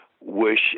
wish